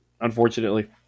unfortunately